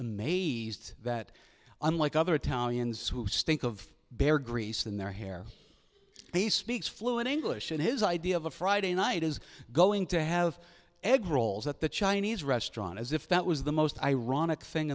amazed that unlike other italians who think of bear grease in their hair he speaks fluent english and his idea of a friday night is going to have egg rolls at the chinese restaurant as if that was the most ironic thing